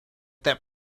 that